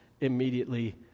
immediately